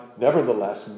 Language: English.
nevertheless